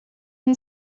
can